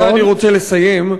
ובזה אני רוצה לסיים,